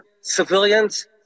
civilians